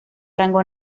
rango